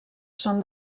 són